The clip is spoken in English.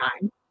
time